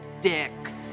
dicks